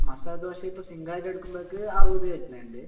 മസാലദോശ ഇപ്പോൾ സിംഗിൾ ആയിട്ട് എടുക്കുമ്പോഴേക്ക് അറുപത് വരുന്നുണ്ട്